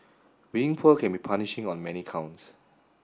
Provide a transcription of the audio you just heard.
being poor can be punishing on many counts